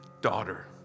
Daughter